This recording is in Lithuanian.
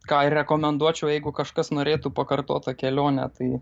ką rekomenduočiau jeigu kažkas norėtų pakartot tą kelionę tai